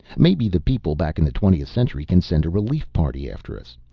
maybe the people back in the twentieth century can send a relief party after us.